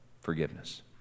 forgiveness